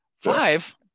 five